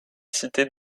cité